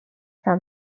some